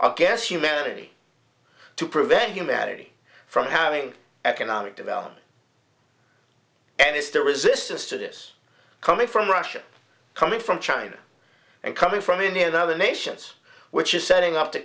guess humanity to prevent humanity from having economic development and it's the resistance to this coming from russia coming from china and coming from india and other nations which is setting up the